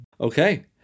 Okay